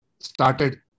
started